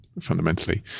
fundamentally